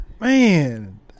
Man